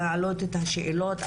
להעלות את השאלות.